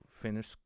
finish